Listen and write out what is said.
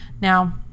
Now